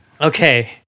okay